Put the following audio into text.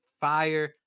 fire